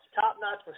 Top-notch